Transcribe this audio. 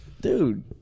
Dude